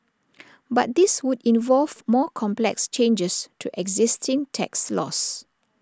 but this would involve more complex changes to existing tax laws